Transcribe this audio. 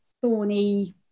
thorny